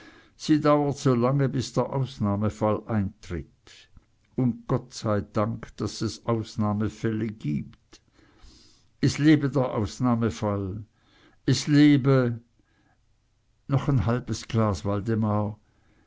sie dauert so lange bis der ausnahmefall eintritt und gott sei dank daß es ausnahmefälle gibt es lebe der ausnahmefall es lebe noch ein halbes glas waldemar